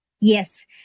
Yes